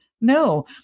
No